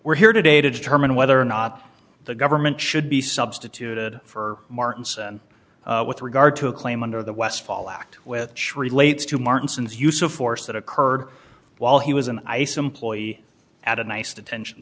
we're here today to determine whether or not the government should be substituted for martin's with regard to a claim under the westfall act with shree lates to martin's use of force that occurred while he was an ice employee at a nice detention